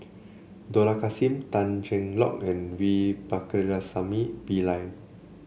Dollah Kassim Tan Cheng Lock and V Pakirisamy Pillai